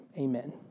amen